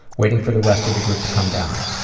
waiting for the rest of the group to come down.